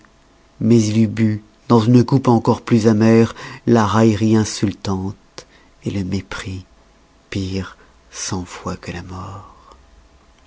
mais il eût bu dans une coupe encore plus amère la raillerie insultante le mépris pire cent fois que la mort